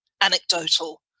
anecdotal